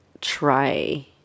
try